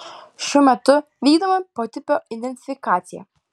šiuo metu vykdoma potipio identifikacija